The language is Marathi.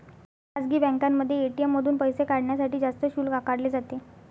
खासगी बँकांमध्ये ए.टी.एम मधून पैसे काढण्यासाठी जास्त शुल्क आकारले जाते